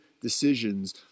decisions